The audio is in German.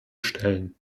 stellen